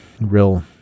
real